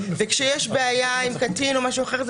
וכשיש בעיה עם קטין או משהו אחר,